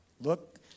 look